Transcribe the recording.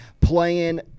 playing